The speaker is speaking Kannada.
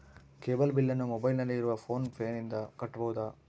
ಕೇಬಲ್ ಬಿಲ್ಲನ್ನು ಮೊಬೈಲಿನಲ್ಲಿ ಇರುವ ಫೋನ್ ಪೇನಿಂದ ಕಟ್ಟಬಹುದಾ?